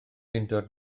undod